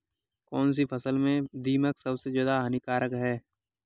कौनसी फसल में दीमक सबसे ज्यादा हानिकारक है?